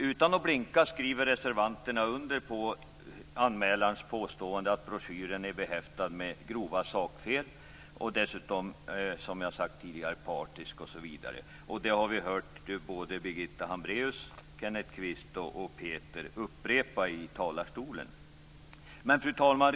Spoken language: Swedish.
Utan att blinka skriver reservanterna under på anmälarens påstående att broschyren är behäftad med grova sakfel och dessutom partisk osv. Det har vi hört Birgitta Hambraeus, Kenneth Kvist och Peter Eriksson upprepa i talarstolen. Fru talman!